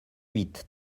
huit